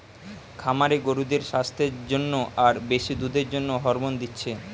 খামারে গরুদের সাস্থের জন্যে আর বেশি দুধের জন্যে হরমোন দিচ্ছে